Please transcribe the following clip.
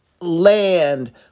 land